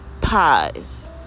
pies